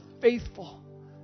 faithful